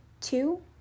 Two